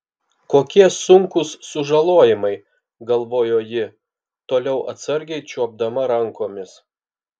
kokie sunkūs sužalojimai galvojo ji toliau atsargiai čiuopdama rankomis